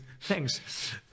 Thanks